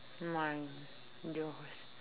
mine yours